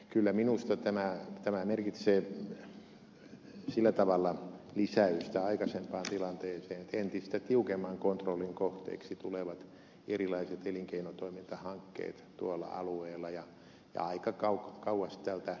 kyllä minusta tämä merkitsee sillä tavalla lisäystä aikaisempaan tilanteeseen että entistä tiukemman kontrollin kohteeksi tulevat erilaiset elinkeinotoimintahankkeet tuolla alueella ja aika kauaksi tältä merkityltäkin alueelta